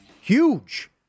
huge